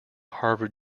harvard